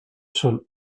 schon